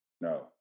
No